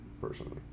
personally